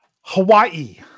Hawaii